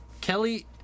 Kelly